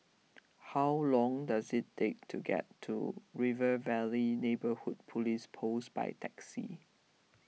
how long does it take to get to River Valley Neighbourhood Police Post by taxi